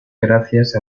gracias